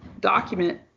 document